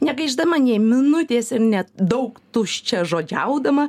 negaišdama nė minutės ir net daug tuščiažodžiaudama